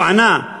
הוא ענה,